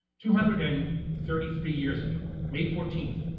two hundred and thirty three years ago, may fourteenth,